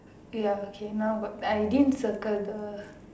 ya okay now got I didn't circle the